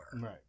Right